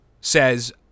says